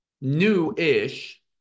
new-ish